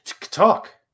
talk